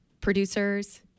producers